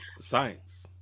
Science